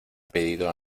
pedido